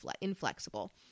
inflexible